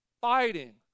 fighting